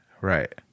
Right